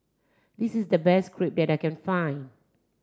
this is the best Crepe that I can find